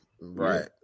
right